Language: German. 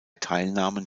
teilnahmen